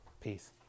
Peace